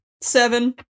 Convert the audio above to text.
Seven